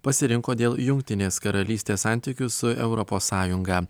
pasirinko dėl jungtinės karalystės santykių su europos sąjunga